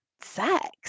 sex